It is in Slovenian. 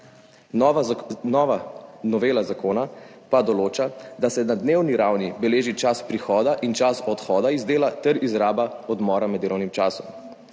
Novela zakona pa določa, da se na dnevni ravni beleži čas prihoda in čas odhoda z dela ter izraba odmora med delovnim časom.